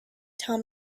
tell